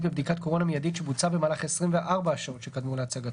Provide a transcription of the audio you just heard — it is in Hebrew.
בבדיקת קורונה מיידית שבוצעה במהלך 24 השעות שקדמו להצגתה,